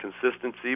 consistency